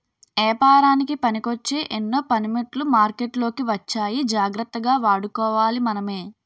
ఏపారానికి పనికొచ్చే ఎన్నో పనిముట్లు మార్కెట్లోకి వచ్చాయి జాగ్రత్తగా వాడుకోవాలి మనమే